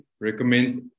recommends